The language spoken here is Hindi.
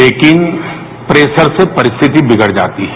लेकिन प्रेरार से परिस्थिति बिगड़ जाती है